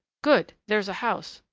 good! there's a house,